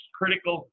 critical